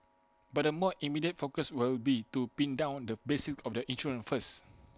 but the more immediate focus will be to pin down the basics of the insurance first